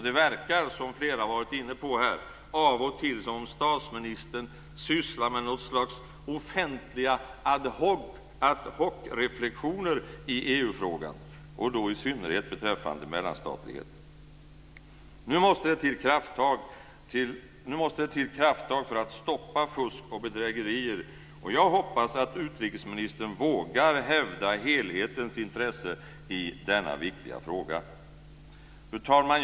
Det verkar, som flera har varit inne på här, av och till som om statsministern sysslar med något slags offentliga ad hoc-reflexioner i EU-frågan, och då i synnerhet beträffande mellanstatlighet. Nu måste det till krafttag för att stoppa fusk och bedrägerier. Jag hoppas att utrikesministern vågar hävda helhetens intresse i denna viktiga fråga. Fru talman!